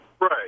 Right